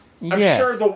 Yes